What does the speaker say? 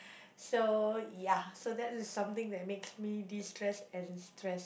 so ya so that is something that makes me destress and stress